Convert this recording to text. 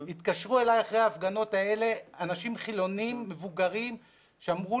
התקשרו אלי אחרי ההפגנות האלה אנשים חילונים מבוגרים שאמרו